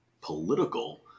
political